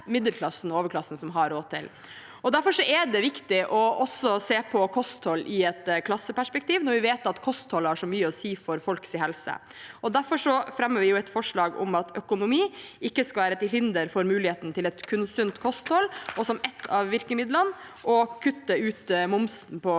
Derfor er det viktig å se på også kosthold i et klasseperspektiv, når vi vet at kosthold har så mye å si for folks helse, og derfor fremmer vi et forslag om at økonomi ikke skal være til hinder for muligheten til et sunt kosthold, og, som et av virkemidlene, å kutte ut momsen på